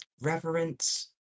reverence